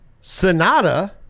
Sonata